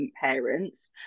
parents